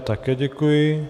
Také děkuji.